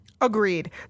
agreed